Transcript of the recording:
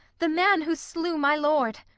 the man who slew my lord.